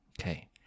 Okay